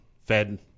Fed